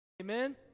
Amen